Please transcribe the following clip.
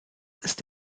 ist